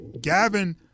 Gavin